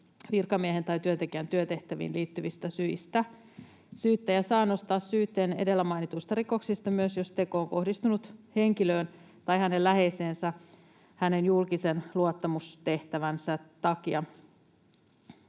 virkamiehen tai työntekijän työtehtäviin liittyvistä syistä. Syyttäjä saa nostaa syytteen edellä mainituista rikoksista myös, jos teko on kohdistunut henkilöön tai hänen läheiseensä hänen julkisen luottamustehtävänsä takia.